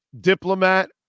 diplomat